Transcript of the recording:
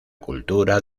cultura